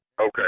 Okay